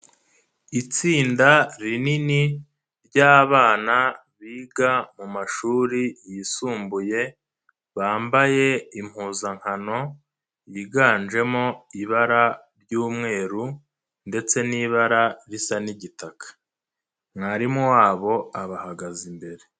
Itsinda rinini ry'abana biga mu mashuri yisumbuye, bambaye impuzankano yiganjemo ibara ry'umweru ndetse n'ibara risa n'igitaka, mwarimu wabo abahagaze imbere.